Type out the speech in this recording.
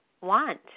want